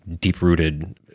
deep-rooted